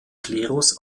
klerus